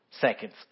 seconds